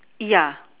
ya